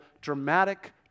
dramatic